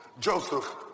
Joseph